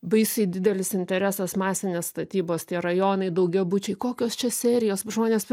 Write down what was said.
baisiai didelis interesas masinės statybos tie rajonai daugiabučiai kokios čia serijos žmonės